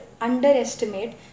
underestimate